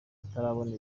atarabona